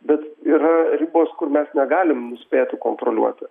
bet yra ribos kur mes negalim nuspėti kontroliuoti